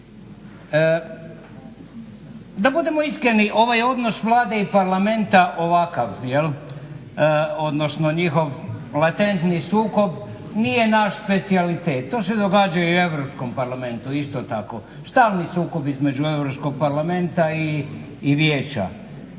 Da budemo iskreni, ovaj odnos Vlade i parlamenta ovakav, odnosno njihov latentni sukob nije naš specijalitet, to se događa i u Europskom parlamentu isto tako. Stalni sukobi između Europskog parlamenta i vijeća.